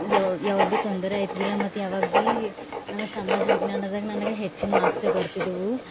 ಯಾವ್ಯಾವ್ದೇ ತೊಂದರೆ ಆಯ್ತಿದ್ದಿಲ್ಲ ಮತ್ತು ಯಾವಾಗ ಭೀ ನನಗೆ ಸಮಾಜ ವಿಜ್ಞಾನದಾಗ ನನಗೆ ಹೆಚ್ಚಿನ ಮಾರ್ಕ್ಸೇ ಬರ್ತಿದ್ದವು